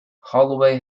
holloway